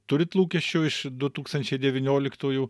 turit lūkesčių iš du tūkstančiai devynioliktųjų